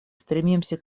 стремимся